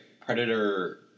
predator